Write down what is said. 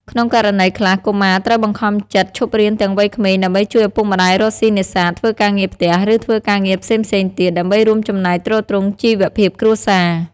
ក្នុងករណីខ្លះ កុមារត្រូវបង្ខំចិត្តឈប់រៀនទាំងវ័យក្មេងដើម្បីជួយឪពុកម្តាយរកស៊ីនេសាទ ធ្វើការងារផ្ទះ ឬធ្វើការងារផ្សេងៗទៀត ដើម្បីរួមចំណែកទ្រទ្រង់ជីវភាពគ្រួសារ។